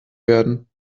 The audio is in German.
werden